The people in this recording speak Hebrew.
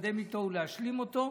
להתקדם איתו ולהשלים אותו,